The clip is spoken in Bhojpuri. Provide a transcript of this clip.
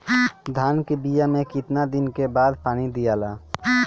धान के बिया मे कितना दिन के बाद पानी दियाला?